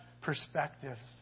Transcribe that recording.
perspectives